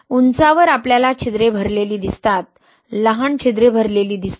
उंचावर आपल्याला छिद्रे भरलेली दिसतात लहान छिद्रे भरलेली दिसतात